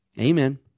Amen